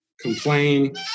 complain